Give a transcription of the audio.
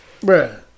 bro